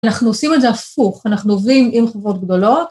אנחנו עושים את זה הפוך, אנחנו עוברים עם חובות גדולות.